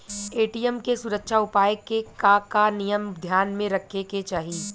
ATM के सुरक्षा उपाय के का का नियम ध्यान में रखे के चाहीं?